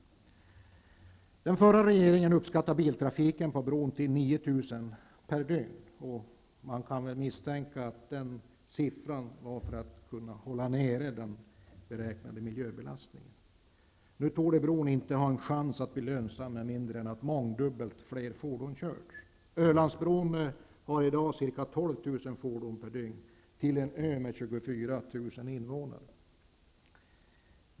> bDen förra regeringen uppskattade biltrafiken på bron till 9 000 per dygn. Man kan väl misstänka att den siffran nämndes för att kunna hålla nere den beräknade miljöbelastningen. Nu torde bron inte ha en chans att bli lönsam med mindre än att mångdubbelt fler fordon passerar. Ölandsbron har i dag ca 12 000 fordon per dygn. Detta till en ö med 24 000 invånare.